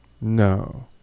No